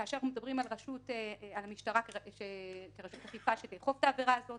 כאשר אנחנו מדברים על המשטרה כרשות אכיפה שתאכוף את העבירה זאת